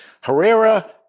Herrera